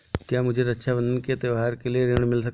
क्या मुझे रक्षाबंधन के त्योहार के लिए ऋण मिल सकता है?